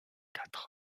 quatre